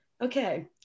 okay